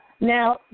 Now